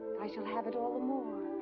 i shall have it all the more.